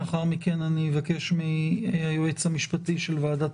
לאחר מכן אבקש מהיועץ המשפטי של ועדת